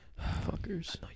fuckers